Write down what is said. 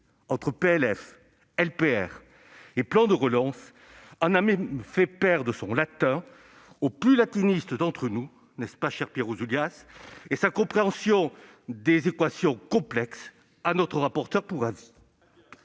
entre PLF, LPR et plan de relance en a même fait perdre son latin aux plus latinistes d'entre nous- n'est-ce pas, cher Pierre Ouzoulias ?-et sa compréhension des équations complexes à notre rapporteur pour avis.